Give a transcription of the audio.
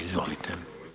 Izvolite.